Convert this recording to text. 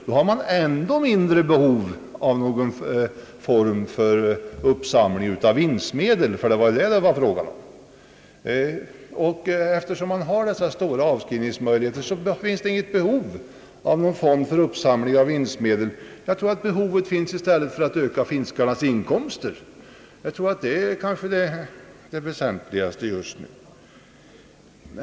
Då har man ju ännu mindre behov av en fond för uppsamling av vinstmedel, vilket det här är fråga om. Jag tror att det i stället snarare finns behov av att öka fiskets inkomster — det är det väsentliga just nu.